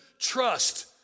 trust